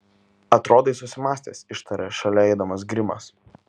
atrodai susimąstęs ištarė šalia eidamas grimas